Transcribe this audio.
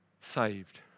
saved